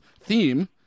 theme